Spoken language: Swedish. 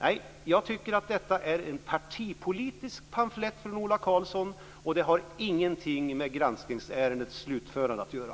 Nej, jag tycker att detta är en partipolitisk pamflett från Ola Karlsson och har ingenting med granskningsärendets slutförande att göra.